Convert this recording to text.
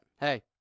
hey